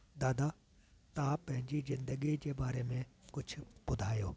दादा तव्हां पंहिंजी ज़िंदगीअ जे बारे में ॿुधायो